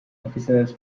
offices